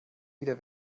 wieder